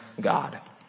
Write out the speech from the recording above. God